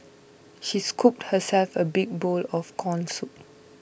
she scooped herself a big bowl of Corn Soup